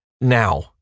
now